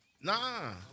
nah